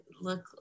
look